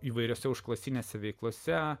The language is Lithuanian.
įvairiose užklasinėse veiklose